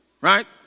right